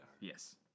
Yes